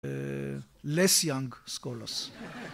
לס יונג סקולוס.